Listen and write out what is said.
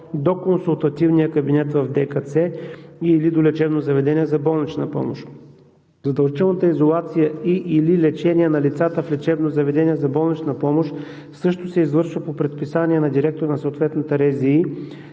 до консултативния кабинет в ДКЦ или до лечебно заведение за болнична помощ. Задължителната изолация или лечение на лицата в лечебно заведение за болнична помощ също се извършва по предписание на директора на съответната РЗИ